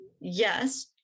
yes